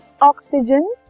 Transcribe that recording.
oxygen